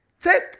Take